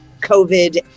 COVID